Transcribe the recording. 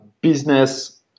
business